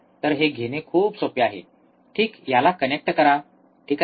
तर हे घेणे खूप सोपे आहे ठीक ह्याला कनेक्ट करा ठीक आहे